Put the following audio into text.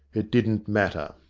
it didn't matter.